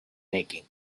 making